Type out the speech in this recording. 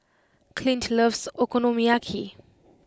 Clint loves Okonomiyaki